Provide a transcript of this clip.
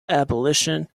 abolition